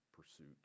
pursuit